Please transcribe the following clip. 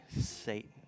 Satan